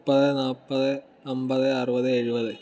മുപ്പത് നാൽപത് അൻപത് അറുപത് എഴുപത്